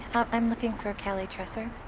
i'm looking for callie tressor.